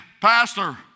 Pastor